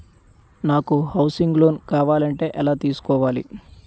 నాకు housing loan కావాలంటే ఎలా తీసుకోవాలి?